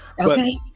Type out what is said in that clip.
Okay